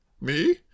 Me